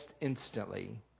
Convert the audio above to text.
instantly